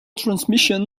transmission